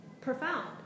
Profound